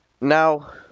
Now